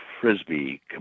frisbee